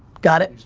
got it?